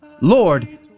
Lord